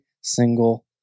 single